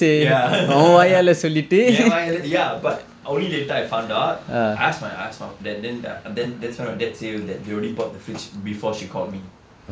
ya என் வாயாலா:en vaayaalaa ya but only later I found out I ask my I ask my dad that then then that's when my dad say that they already bought the fridge before she called me